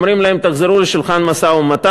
אומרים להם: תחזרו לשולחן המשא-ומתן.